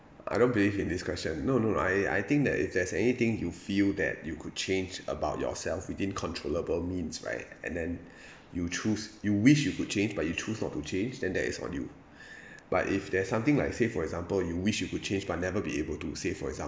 I don't believe in this question no no I I think that if if there's anything you feel that you could change about yourself within controllable means right and then you choose you wish you could change but you choose not to change then that is on you but if there's something like say for example you wish you could change but never be able to say for example